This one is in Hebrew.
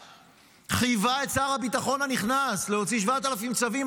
חייבה את שר הביטחון הנכנס להוציא 7,000 צווים,